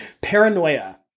Paranoia